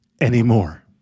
anymore